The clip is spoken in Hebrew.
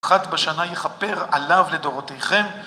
אחד בשנה יחכר עליו לדורותיכם.